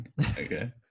Okay